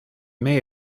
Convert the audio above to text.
may